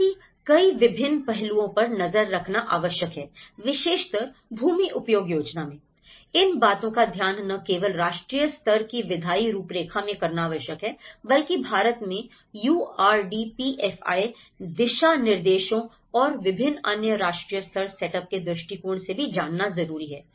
ऐसी कई विभिन्न पहलुओं पर नजर रखना आवश्यक है विशेषतर भूमि उपयोग योजना मेंI इन बातों का ध्यान न केवल राष्ट्रीय स्तर की विधायी रूपरेखा मैं करना आवश्यक है बल्कि भारत में यूआरडीपीएफआई दिशानिर्देशों और विभिन्न अन्य राष्ट्रीय स्तर सेटअप के दृष्टिकोण से भी जानना जरूरी है